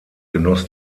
genoss